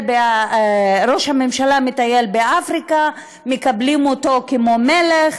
ראש הממשלה מטייל באפריקה, ומקבלים אותו כמו מלך.